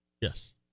Yes